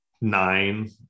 nine